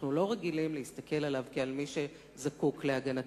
שאנחנו לא רגילים להסתכל עליו כעל מי שזקוק להגנתנו.